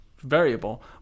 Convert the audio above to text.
variable